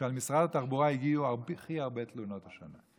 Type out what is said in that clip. שעל משרד התחבורה הגיעו הכי הרבה תלונות השנה.